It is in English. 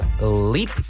Leap